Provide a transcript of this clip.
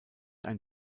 ein